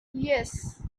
yes